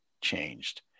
changed